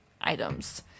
items